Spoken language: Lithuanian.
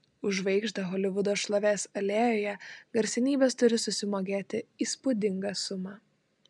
už žvaigždę holivudo šlovės alėjoje garsenybės turi susimokėti įspūdingą sumą